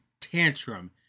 tantrum